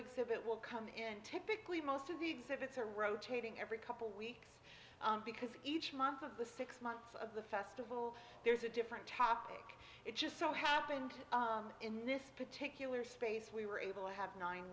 exhibit will come in typically most of the exhibits are rotating every couple weeks because each month of the six months of the festival there's a different topic it's just so happened in this particular space we were able to have nine